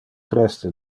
preste